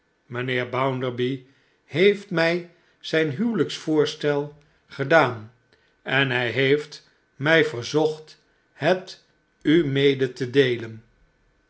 mijnheer bounderby heeft mij zijn huwelijksvoorstel gedaan en hij heeft mij verzocht het u mede te deelen